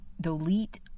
delete